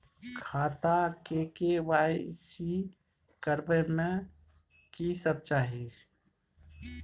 खाता के के.वाई.सी करबै में की सब चाही?